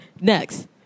Next